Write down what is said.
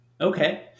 Okay